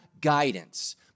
guidance